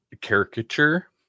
caricature